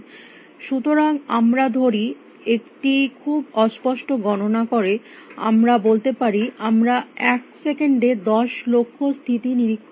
সুতরাং আমরা ধরি একটি খুব অস্পষ্ট গণনা করে আমরা বলতে পারি আমরা এক সেকেন্ডে দশ লক্ষ্য স্থিতি নিরীক্ষণ করতে পারি